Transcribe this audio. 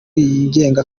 yigenga